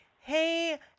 hey